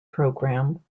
programme